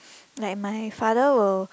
like my father will